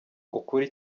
ukuri